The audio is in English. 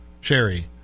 Sherry